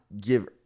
Give